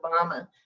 obama